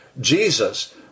Jesus